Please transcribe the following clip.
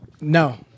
No